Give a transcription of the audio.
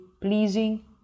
pleasing